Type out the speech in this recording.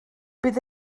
bydd